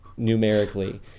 numerically